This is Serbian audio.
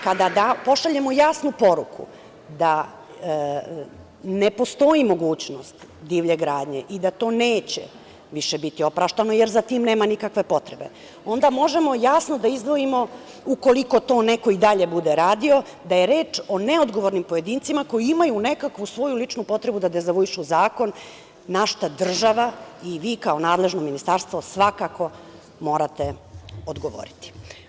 Kada pošaljemo jasnu poruku, da ne postoji mogućnost divlje gradnje i da to neće više biti opraštano, jer za tim nema potrebe, onda možemo jasno da izdvojimo, ukoliko to neko bude i dalje radio, da je reč o neodgovornim pojedincima koji imaju nekakvu svoju ličnu potrebu da dezavuišu zakon, na šta država i vi kao nadležno ministarstvo, svakako morate odgovoriti.